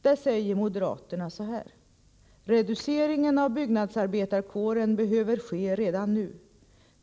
Där skriver moderaterna: ”Reduceringen av byggnadsarbetarkåren behöver ske redan nu.